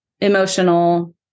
emotional